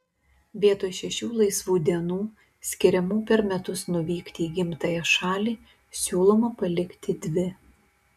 vietoj šešių laisvų dienų skiriamų per metus nuvykti į gimtąją šalį siūloma palikti dvi